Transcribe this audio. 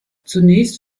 zunächst